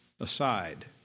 aside